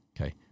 Okay